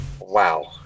wow